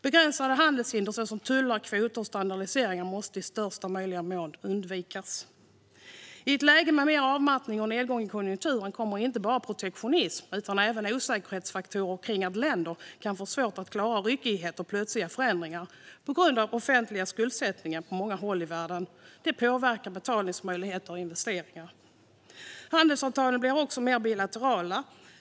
Begränsande handelshinder, såsom tullar, kvoter och standardiseringar, måste i möjligaste mån undvikas. I ett läge med mer avmattning och nedgång i konjunkturen kommer inte bara protektionism utan även osäkerhetsfaktorer som att länder kan få svårt att klara ryckigheter och plötsliga förändringar på grund av den offentliga skuldsättningen på många håll i världen. Det påverkar betalningsmöjligheter och investeringar. Handelsavtalen blir också mer bilaterala.